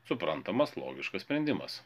suprantamas logiškas sprendimas